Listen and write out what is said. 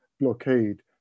blockade